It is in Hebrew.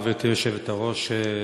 גברתי היושבת-ראש,